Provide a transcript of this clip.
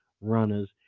runners